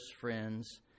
friends